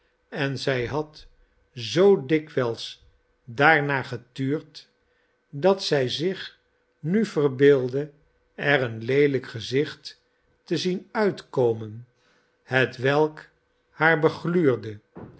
en zij had zoo dikwijls daarnaar getuurd dat zij zich nu verbeeldde er een leelijk gezicht te zien uitkomen hetwelk haar begluurde